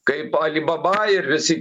kaip ali baba ir visi